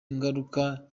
ngaruka